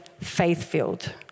faith-filled